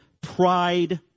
pride